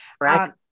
Right